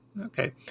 okay